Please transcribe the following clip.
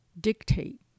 dictate